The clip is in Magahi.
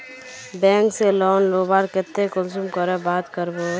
बैंक से लोन लुबार केते कुंसम करे बात करबो?